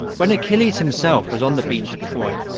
when achilles himself was on the beach at troy,